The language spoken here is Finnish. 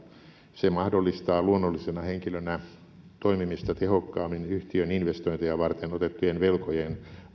se mahdollistaa luonnollisena henkilönä toimimista tehokkaammin yhtiön investointeja varten otettujen velkojen